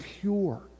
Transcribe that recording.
pure